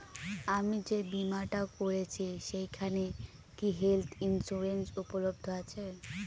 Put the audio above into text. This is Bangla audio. আমি যে বীমাটা করছি সেইখানে কি হেল্থ ইন্সুরেন্স উপলব্ধ আছে?